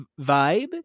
vibe